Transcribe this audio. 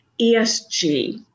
ESG